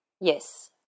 Yes